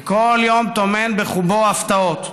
וכל יום טומן בחובו הפתעות.